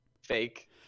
Fake